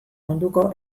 munduko